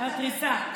המתריסה.